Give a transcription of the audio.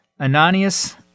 Ananias